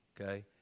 okay